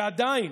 ועדיין,